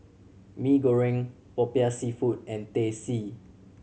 Mee Goreng Popiah Seafood and Teh C